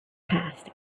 passed